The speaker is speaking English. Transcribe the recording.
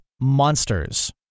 monsters